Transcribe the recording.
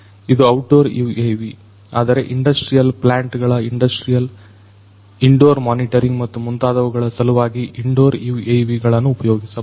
ಇದು outdoor UAV ಆದರೆ industrial plant ಗಳ ಇಂಡಸ್ಟ್ರಿಯಲ್ ಇಂಡೋರ್ ಮಾನಿಟರಿಂಗ್ ಮತ್ತು ಮುಂತಾದವುಗಳ ಸಲುವಾಗಿ ಇಂಡೋರ್ UAV ಗಳನ್ನು ಉಪಯೋಗಿಸಬಹುದು